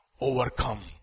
overcome